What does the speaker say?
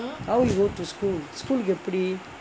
how you go to school school கு எப்டி:ku epdi